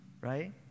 right